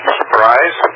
surprise